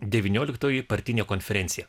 devynioliktoji partinė konferencija